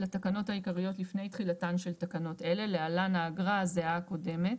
לתקנות העיקריות לפני תחילתן של תקנות אלה (להלן - האגרה הזהה הקודמת),